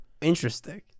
Interesting